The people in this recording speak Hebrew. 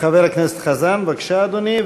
חבר הכנסת חזן, בבקשה, אדוני.